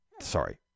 sorry